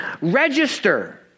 Register